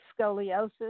scoliosis